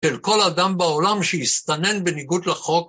של כל אדם בעולם שהסתנן בניגוד לחוק.